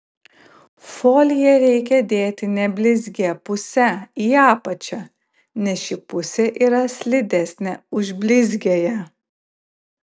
foliją reikia dėti neblizgia puse į apačią nes ši pusė yra slidesnė už blizgiąją